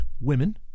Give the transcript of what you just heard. women